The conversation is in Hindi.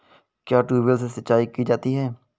क्या ट्यूबवेल से सिंचाई की जाती है?